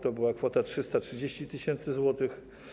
To była kwota 330 tys. zł.